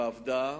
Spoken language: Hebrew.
שבה עבדה,